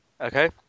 Okay